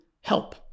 help